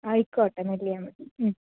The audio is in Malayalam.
ആയിക്കോട്ടെ നെളില്ലിയാംപതി